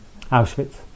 Auschwitz